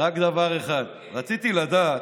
רציתי לדעת,